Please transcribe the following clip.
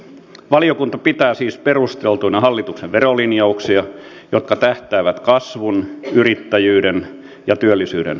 valiokunta pitää siis perusteltuina hallituksen verolinjauksia jotka tähtäävät kasvun yrittäjyyden ja työllisyyden vahvistamiseen